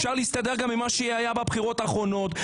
אפשר להסתדר עם מה שהיה בבחירות האחרונות.